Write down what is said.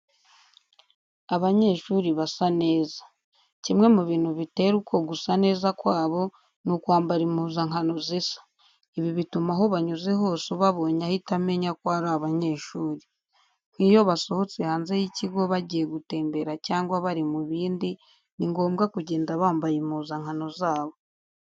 Abanyeshuri basa neza. Kimwe mu bintu bitera uko gusa neza kwabo, ni ukwambara impuzankano zisa. Ibi bituma aho banyuze hose ubabonye ahita amenya ko ari abanyeshuri. Nk'iyo basohotse hanze y'ikigo bagiye gutembera cyangwa bari mu bindi, ni ngombwa kugenda bambaye impuzankano zabo.